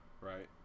right